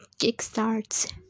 kickstarts